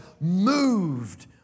moved